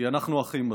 כי אנחנו אחים בסוף.